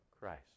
Christ